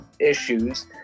issues